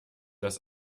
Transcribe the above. das